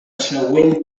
següent